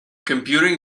computing